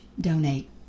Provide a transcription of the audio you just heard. donate